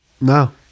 No